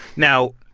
now,